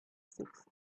six